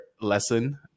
lesson